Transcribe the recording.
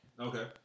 Okay